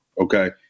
okay